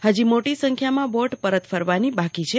હજી મોટી સંખ્યામાં બોટ પરત ફરવાની બાકી છે